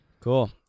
cool